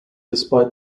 despite